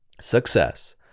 Success